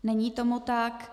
Není tomu tak.